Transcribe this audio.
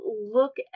look